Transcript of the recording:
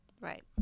Right